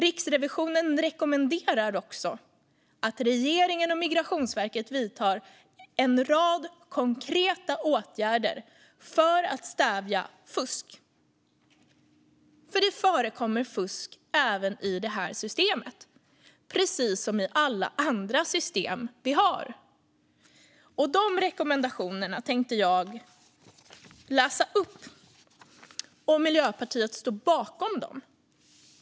Riksrevisionen rekommenderar också att regeringen och Migrationsverket vidtar en rad konkreta åtgärder för att stävja fusk, eftersom det förekommer fusk även i detta system precis som i alla andra system som vi har. Dessa rekommendationer tänkte jag läsa upp, och Miljöpartiet står bakom dem.